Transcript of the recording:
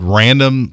random